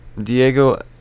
Diego